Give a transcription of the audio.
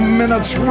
minute's